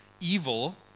evil